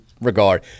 regard